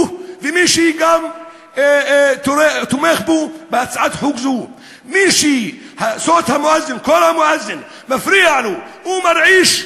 הוא ומי שגם תומך בו בהצעת חוק זו: מי שקול המואזין מפריע לו ומרעיש,